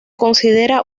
considera